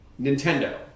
Nintendo